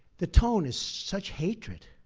the tone is such hatred.